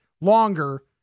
longer